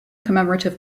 commemorative